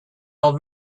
old